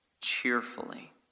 cheerfully